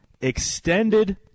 Extended